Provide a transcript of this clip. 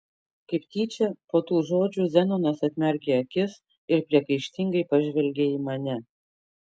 kaip tyčia po tų žodžių zenonas atmerkė akis ir priekaištingai pažvelgė į mane